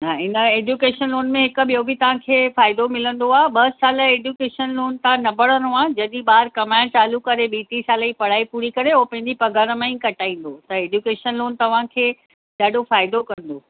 न इन education loan में हिकु ॿियो बि तव्हांखे फ़ाइदो मिलंदो आहे ॿ साल एजुकेशन लोन तव्हां न भरिणो आहे जॾहिं ॿारु कमाइणु चालू करे ॿीं टीं सालें जी पढ़ाई पूरे करे हू पंहिंजी पघार मां ई कटाईंदो त एजुकेशन लोन तव्हांखे ॾाढो फ़ाइदो कंदो